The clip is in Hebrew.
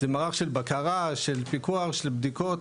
זה מערך של בקרה, של פיקוח, של בדיקות,